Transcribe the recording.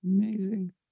Amazing